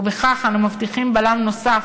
ובכך אנו מבטיחים בלם נוסף,